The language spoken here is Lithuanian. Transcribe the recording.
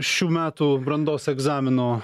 šių metų brandos egzamino